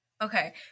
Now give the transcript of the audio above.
Okay